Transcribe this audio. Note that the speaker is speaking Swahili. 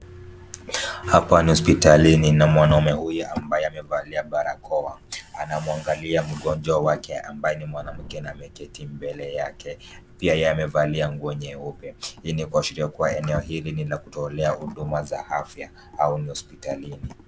Hapa ni hospitali na mwanamke huyu ambaye amevalia barakoa. Anamwangalia mgonjwa wake ambaye ni mwanamke na ameketi mbele yake. Pia yeye amevalia nguo nyeupe. Hii ni kwa sheria kuwa eneo hili ni la kutolea huduma za afya au ni hospitalini.